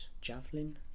javelin